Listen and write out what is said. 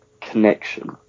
connection